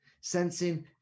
sensing